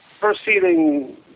proceeding